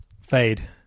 fade